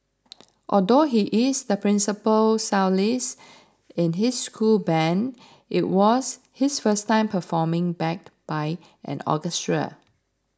although he is the principal cellist in his school band it was his first time performing backed by an orchestra